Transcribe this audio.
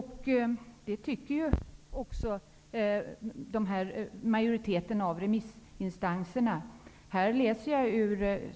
Det tycker också majoriteten av remissinstanserna.